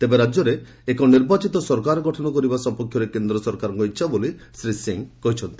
ତେବେ ରାଜ୍ୟରେ ଏକ ନିର୍ବାଚିତ ସରକାର ଗଠନ କରିବା ସପକ୍ଷରେ କେନ୍ଦ୍ର ସରକାରଙ୍କ ଇଚ୍ଛା ବୋଲି ଶ୍ରୀ ସିଂହ କହିଛନ୍ତି